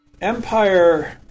Empire